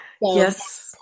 Yes